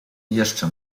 jeszcze